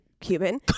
Cuban